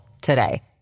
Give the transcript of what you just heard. today